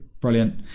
brilliant